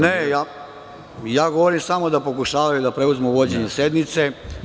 Ne, ja govorim samo da pokušavaju da preuzmu vođenje sednice.